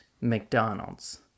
McDonald's